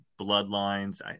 bloodlines